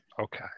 Okay